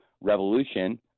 Revolution